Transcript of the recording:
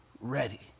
ready